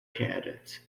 candidates